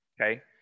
okay